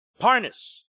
Parnas